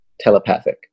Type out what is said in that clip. Telepathic